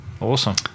awesome